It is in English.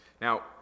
Now